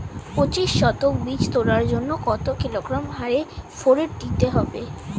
পঁচিশ শতক বীজ তলার জন্য কত কিলোগ্রাম হারে ফোরেট দিতে হবে?